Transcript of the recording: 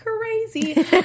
crazy